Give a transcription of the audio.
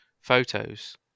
photos